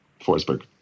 Forsberg